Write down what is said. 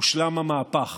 הושלם המהפך.